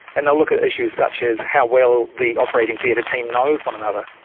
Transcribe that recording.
and they'll look at issues such as how well the operating theatre team knows one another,